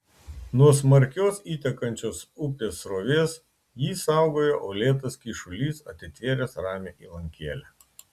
nuo smarkios įtekančios upės srovės jį saugojo uolėtas kyšulys atitvėręs ramią įlankėlę